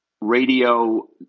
radio